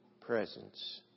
presence